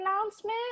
announcement